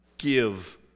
Give